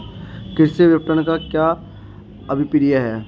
कृषि विपणन का क्या अभिप्राय है?